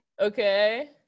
Okay